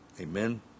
Amen